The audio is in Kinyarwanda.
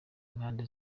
impande